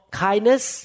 kindness